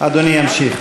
אדוני ימשיך.